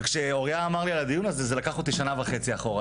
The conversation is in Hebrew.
כשאורייה אמר לי על הדיון הזה זה לקח אותי שנה וחצי אחורה.